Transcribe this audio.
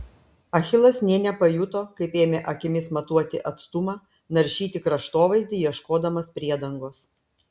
achilas nė nepajuto kaip ėmė akimis matuoti atstumą naršyti kraštovaizdį ieškodamas priedangos